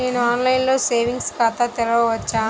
నేను ఆన్లైన్లో సేవింగ్స్ ఖాతాను తెరవవచ్చా?